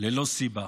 ללא סיבה,